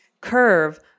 curve